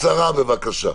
בקצרה בבקשה.